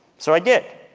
so i did.